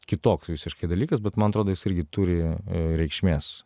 kitoks visiškai dalykas bet man atrodo jis irgi turi reikšmės